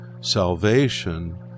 Salvation